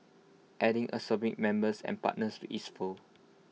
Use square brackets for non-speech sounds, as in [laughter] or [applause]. adding [unintelligible] members and partners to its fold